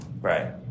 Right